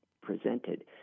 presented